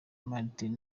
martin